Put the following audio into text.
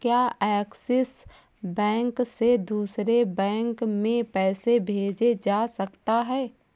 क्या Axis bank से दूसरे बैंक में पैसे भेजे जा सकता हैं?